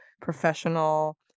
professional